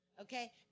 Okay